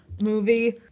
movie